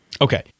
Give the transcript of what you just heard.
Okay